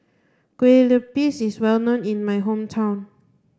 Kueh Lapis is well known in my hometown